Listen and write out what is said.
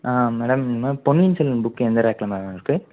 ஆ madam இது மாதிரி Ponniyin Selvan book எந்த ரேக்கில் மேடம் இருக்கு